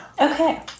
Okay